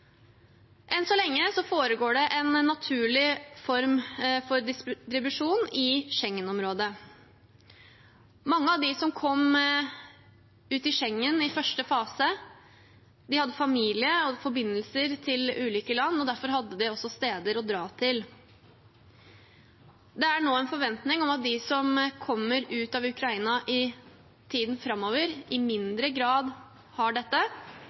Enn så lenge foregår det en form for naturlig distribusjon i Schengen-området. Mange av dem som kom til Schengen i første fase, hadde familie og forbindelser i ulike land, og derfor hadde de også steder å dra til. Det er nå en forventning om at de som kommer ut av Ukraina i tiden framover, i mindre grad har